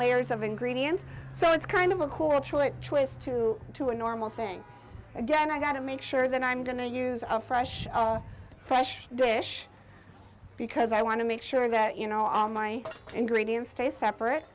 layers of ingredients so it's kind of a cool choice choice to to a normal thing again i got to make sure that i'm going to use a fresh fresh dish because i want to make sure that you know all my ingredients stay separate